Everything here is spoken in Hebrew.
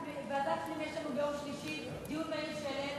בוועדת הפנים יש לנו ביום שלישי דיון מהיר שהעלינו,